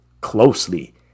closely